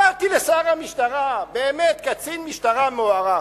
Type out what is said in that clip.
באתי לשר המשטרה, באמת קצין משטרה מוערך,